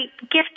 gift